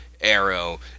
arrow